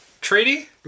treaty